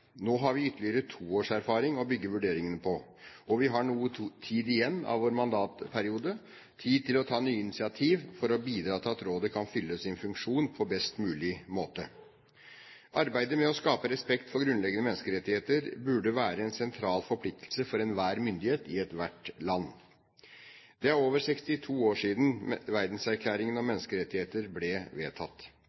Nå har vi ytterligere to års erfaring å bygge vurderingene på, og vi har noe tid igjen av vår mandatperiode – tid til å ta nye initiativ for å bidra til at rådet kan fylle sin funksjon på best mulig måte. Arbeidet med å skape respekt for grunnleggende menneskerettigheter burde være en sentral forpliktelse for enhver myndighet i ethvert land. Det er over 62 år siden verdenserklæringen om menneskerettigheter ble vedtatt.